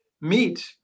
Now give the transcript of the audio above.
meet